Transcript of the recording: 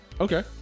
okay